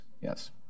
yes